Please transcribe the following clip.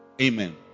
Amen